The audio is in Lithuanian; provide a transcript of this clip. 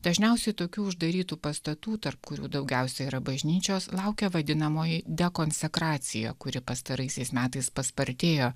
dažniausiai tokių uždarytų pastatų tarp kurių daugiausia yra bažnyčios laukia vadinamoji de konsekracija kuri pastaraisiais metais paspartėjo